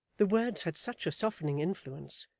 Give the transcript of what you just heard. the words had such a softening influence,